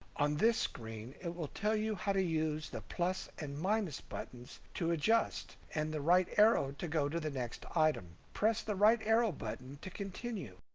on this screen, it will tell you how to use the plus and minus buttons to adjust and the right arrow to go to the next item. press the right arrow button to continue.